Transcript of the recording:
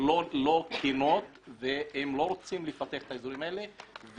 לא תקינות והם לא רוצים לפתח את האזורים האלה.